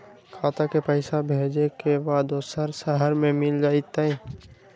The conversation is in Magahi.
खाता के पईसा भेजेए के बा दुसर शहर में मिल जाए त?